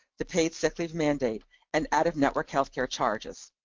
the paid sick leave mandate and out of network healthcare charges.